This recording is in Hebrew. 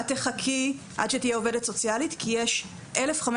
את תחכי עד שתהיה עובדת סוציאלית כי יש 1,500